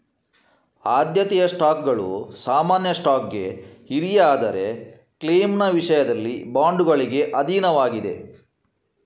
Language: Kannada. ಆದ್ಯತೆಯ ಸ್ಟಾಕ್ಗಳು ಸಾಮಾನ್ಯ ಸ್ಟಾಕ್ಗೆ ಹಿರಿಯ ಆದರೆ ಕ್ಲೈಮ್ನ ವಿಷಯದಲ್ಲಿ ಬಾಂಡುಗಳಿಗೆ ಅಧೀನವಾಗಿದೆ